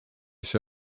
się